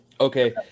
Okay